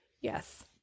Yes